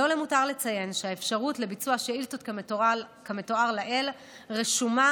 למותר לציין שהאפשרות לביצוע שאילתות כמתואר לעיל שמורה